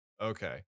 Okay